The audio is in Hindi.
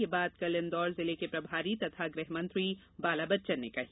ये बात कल इंदौर जिले के प्रभारी तथा गृह मंत्री बाला बच्चन ने कही